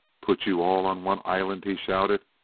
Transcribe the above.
put you all on one island? he shouted.